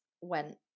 went